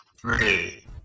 three